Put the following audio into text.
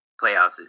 playoffs